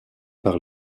par